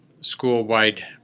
school-wide